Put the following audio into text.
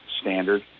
standard